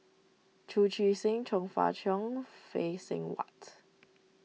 Chu Chee Seng Chong Fah Cheong Phay Seng Whatt